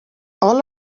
all